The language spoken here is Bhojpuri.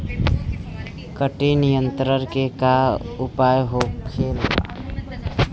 कीट नियंत्रण के का उपाय होखेला?